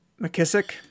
McKissick